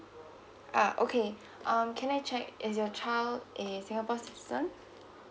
uh okay um can I check is your child is your birth son